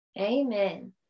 Amen